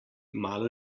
malo